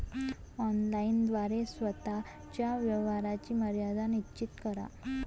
online द्वारे स्वतः च्या व्यवहाराची मर्यादा निश्चित करा